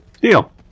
Deal